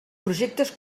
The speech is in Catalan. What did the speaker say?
projectes